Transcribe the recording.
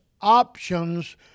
options